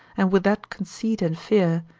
and with that conceit and fear,